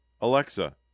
Alexa